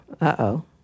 uh-oh